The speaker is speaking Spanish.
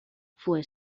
fue